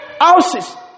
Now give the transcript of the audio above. Houses